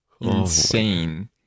insane